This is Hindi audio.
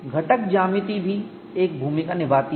घटक ज्यामिति भी एक भूमिका निभाती है